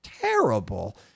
terrible